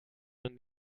man